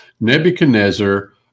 Nebuchadnezzar